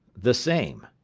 the same,